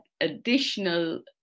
additional